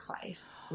place